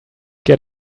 get